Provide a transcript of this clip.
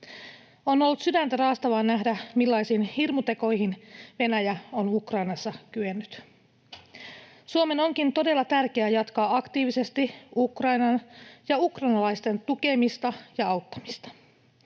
On ollut sydäntä raastavaa nähdä, millaisiin hirmutekoihin Venäjä on Ukrainassa kyennyt. Suomen onkin todella tärkeää jatkaa aktiivisesti Ukrainan ja ukrainalaisten tukemista ja auttamista.